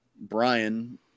brian